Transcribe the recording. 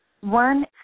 One